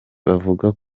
bavuga